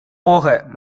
போக